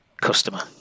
customer